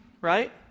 right